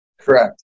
Correct